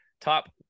top